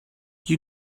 you